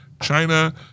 China